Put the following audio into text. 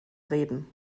reden